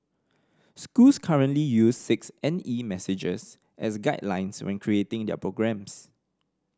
schools currently use six N E messages as guidelines when creating their programmes